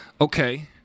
okay